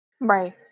Right